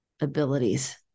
abilities